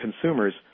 consumers